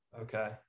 Okay